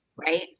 right